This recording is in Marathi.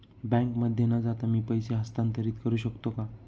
बँकेमध्ये न जाता मी पैसे हस्तांतरित करू शकतो का?